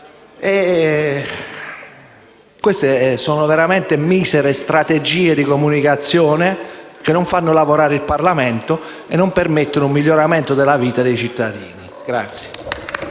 Queste sono veramente misere strategie di comunicazione che non fanno lavorare il Parlamento e non permettono un miglioramento della vita dei cittadini.